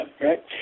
right